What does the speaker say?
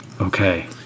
Okay